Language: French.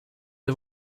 des